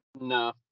No